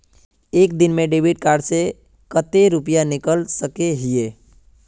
एक दिन में डेबिट कार्ड से कते रुपया निकल सके हिये?